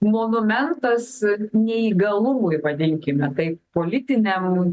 monumentas neįgalumui vadinkime taip politiniam